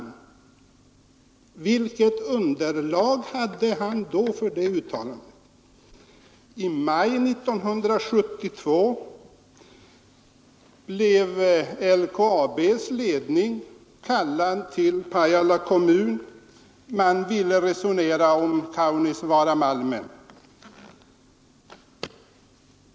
I maj 1972 blev LKAB:s ledning kallad till Pajala kommun; man ville resonera om Kaunisvaaramalmen.